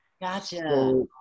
Gotcha